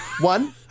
One